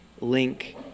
link